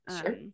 Sure